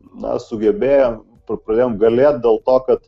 na sugebėjom pradėjom galėt dėl to kad